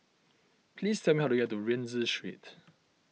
please tell me how to get to Rienzi Street